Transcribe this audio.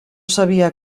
sabia